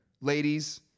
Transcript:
Ladies